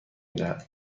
دهد